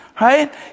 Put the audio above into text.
Right